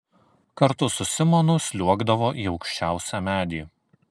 kartu su simonu sliuogdavo į aukščiausią medį